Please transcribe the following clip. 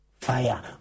Fire